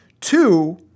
Two